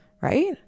right